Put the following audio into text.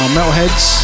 Metalheads